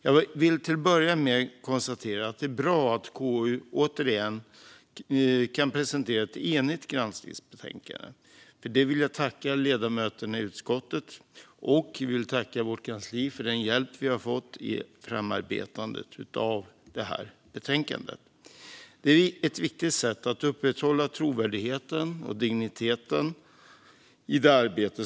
Jag vill till att börja med konstatera att det är bra att KU återigen kan presentera ett enigt granskningsbetänkande. Det är ett viktigt sätt att upprätthålla trovärdigheten och digniteten i det arbete som görs i en annars politiskt konfliktfylld miljö, inte minst ett valår som detta. För detta vill jag tacka ledamöterna i utskottet.